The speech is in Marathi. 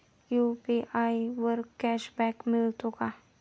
यु.पी.आय वर कॅशबॅक मिळतो का?